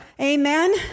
Amen